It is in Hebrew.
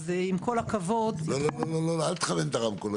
עם כל הכבוד- -- לא, אל תכוון את הרמקול.